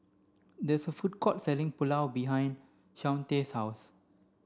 there's a food court selling Pulao behind Shawnte's house